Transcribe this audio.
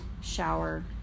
shower